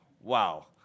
Wow